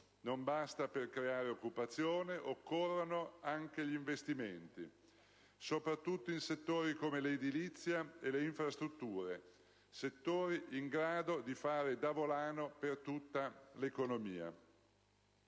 non basta; per creare occupazione occorrono anche gli investimenti, soprattutto in settori come l'edilizia e le infrastrutture, in grado di fare da volano per tutta l'economia.